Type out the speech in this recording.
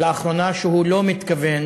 לאחרונה שהוא לא מתכוון